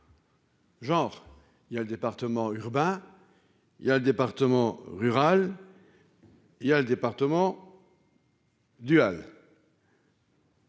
Genre il y a le département urbain. Il y a un département rural. Il y a le département. Dual.